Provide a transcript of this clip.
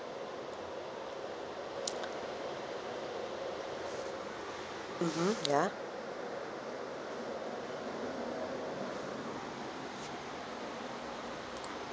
mmhmm ya